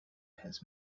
his